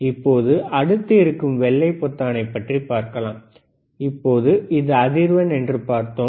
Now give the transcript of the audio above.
இப்போது அடுத்த இருக்கும் வெள்ளை பொத்தானை பற்றி பார்க்கலாம் இப்போது இது அதிர்வெண் என்று பார்த்தோம்